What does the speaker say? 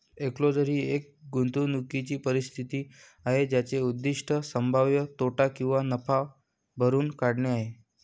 enclosure ही एक गुंतवणूकीची परिस्थिती आहे ज्याचे उद्दीष्ट संभाव्य तोटा किंवा नफा भरून काढणे आहे